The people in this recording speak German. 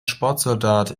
sportsoldat